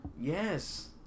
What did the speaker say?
Yes